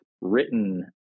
written